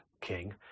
king